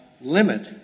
limit